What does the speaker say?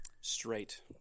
Straight